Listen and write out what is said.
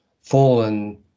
fallen